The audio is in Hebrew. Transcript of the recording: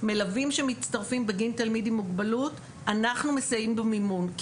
מלווים שמצטרפים בגין תלמיד עם מוגבלות אנחנו מסייעים במימון,